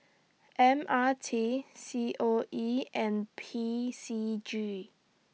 M R T C O E and P C G